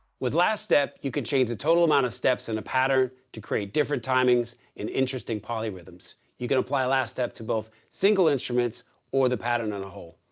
with last step you can change the total amount of steps in a pattern to create different timings in interesting polyrhythms. you can apply the last step to both single instruments or the pattern in a whole.